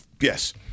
Yes